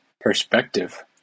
perspective